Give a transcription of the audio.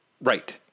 Right